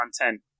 content